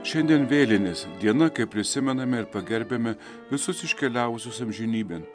šiandien vėlinės diena kai prisimename ir pagerbiame visus iškeliavusius amžinybėn